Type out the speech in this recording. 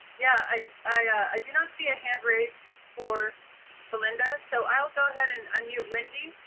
yeah, i i do not see a hand raised for belinda, so i'll go ahead and unmute wendy.